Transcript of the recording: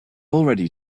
already